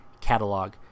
catalog